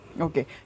Okay